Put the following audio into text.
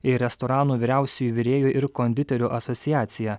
ir restoranų vyriausiųjų virėjų ir konditerių asociacija